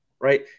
right